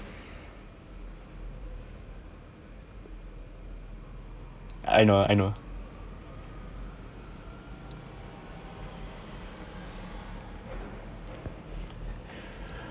I know I know